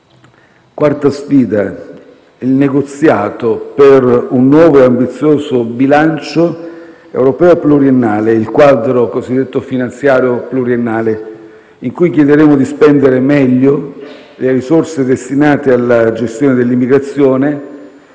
quarta sfida è il negoziato per un nuovo e ambizioso bilancio europeo pluriennale, il quadro cosiddetto finanziario pluriennale, in cui chiederemo di spendere meglio le risorse destinate alla gestione dell'immigrazione;